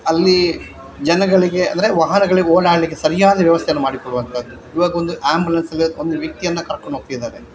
ಅಲ್ಲಿ ಜನಗಳಿಗೆ ಅಂದರೆ ವಾಹನಗಳಿಗೆ ಓಡಾಡಲಿಕ್ಕೆ ಸರಿಯಾದ ವ್ಯವಸ್ಥೆಯನ್ನು ಮಾಡಿಕೊಡುವಂಥದ್ದು ಇವಾಗ ಒಂದು ಆ್ಯಂಬುಲೆನ್ಸ್ ಅಲ್ಲಿ ಒಂದು ವ್ಯಕ್ತಿಯನ್ನು ಕರ್ಕೊಂಡು ಹೋಗ್ತಿದ್ದಾರೆ